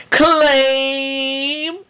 claim